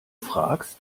fragst